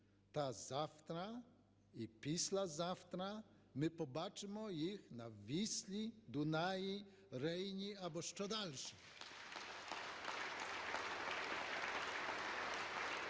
то завтра і післязавтра ми побачимо їх на Віслі, Дунаї, Рейні або ще дальше.